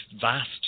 vast